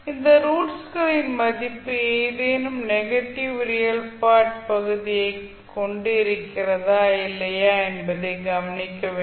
அந்த ரூட்ஸ் களின் மதிப்பு ஏதேனும் நெகட்டிவ் ரியல் பார்ட் பகுதியைக் பகுதியைக் கொண்டு இருக்கிறதா இல்லையா என்பதை கவனிக்க வேண்டும்